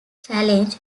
challenge